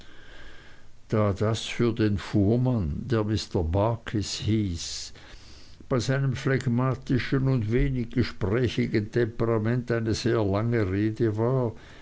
da das für den fuhrmann der mr barkis hieß bei seinem phlegmatischen und wenig gesprächigen temperament eine sehr lange rede war